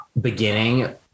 beginning